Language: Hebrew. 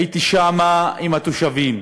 הייתי שם עם התושבים,